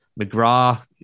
McGrath